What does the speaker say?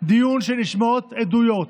דיון שנשמעות בו עדויות,